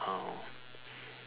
um